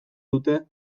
dute